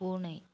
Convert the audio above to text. பூனை